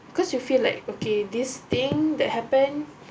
because you feel like okay this thing that happen